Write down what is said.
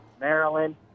Maryland